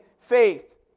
faith